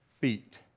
feet